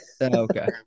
Okay